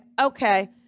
okay